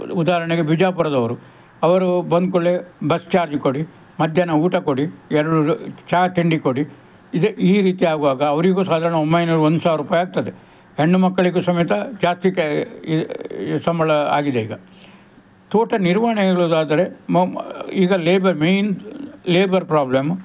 ಉದಾಹರಣೆಗೆ ಬಿಜಾಪುರದವರು ಅವರು ಬಂದ ಕೂಡಲೆ ಬಸ್ ಚಾರ್ಜ್ ಕೊಡಿ ಮಧ್ಯಾಹ್ನ ಊಟ ಕೊಡಿ ಎರಡು ಚಾ ತಿಂಡಿ ಕೊಡಿ ಇದೇ ಈ ರೀತಿ ಆಗುವಾಗ ಅವರಿಗೂ ಸಾಧಾರಣ ಒಂಬೈನೂರು ಒಂದು ಸಾವಿರ ರೂಪಾಯಿ ಆಗ್ತದೆ ಹೆಣ್ಣು ಮಕ್ಕಳಿಗೂ ಸಮೇತ ಜಾಸ್ತಿ ಸಂಬಳ ಆಗಿದೆ ಈಗ ತೋಟ ನಿರ್ವಹಣೆ ಹೇಳೋದಾದರೆ ಈಗ ಲೇಬರ್ ಮೇಯ್ನ್ ಲೇಬರ್ ಪ್ರಾಬ್ಲಮ್